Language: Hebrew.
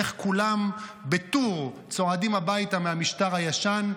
איך כולם בטור צועדים הביתה מהמשטר הישן,